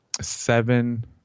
seven